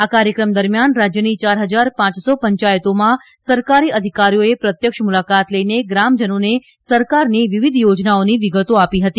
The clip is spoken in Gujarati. આ કાર્યક્રમ દરમ્યાન રાજયની યાર હજાર પાંચસો પંચાયતોમાં સરકારી અધિકારીઓએ પ્રત્યક્ષ મુલાકાત લઈને ગ્રામજનોને સરકારની વિવિધ યોજનાઓની વિગતો આપી હતી